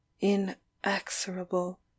inexorable